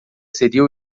seria